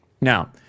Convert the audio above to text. now